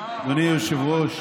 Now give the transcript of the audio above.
אדוני היושב-ראש,